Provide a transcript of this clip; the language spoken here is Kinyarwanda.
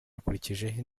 akurikijeho